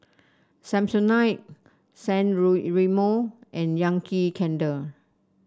Samsonite San Remo and Yankee Candle